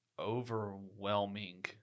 overwhelming